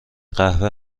قهوه